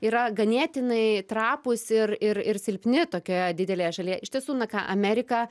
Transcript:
yra ganėtinai trapūs ir ir ir silpni tokioje didelėje šalyje iš tiesų na ką amerika